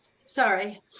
Sorry